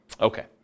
Okay